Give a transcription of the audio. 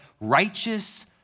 righteous